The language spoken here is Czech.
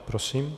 Prosím.